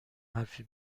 حرفی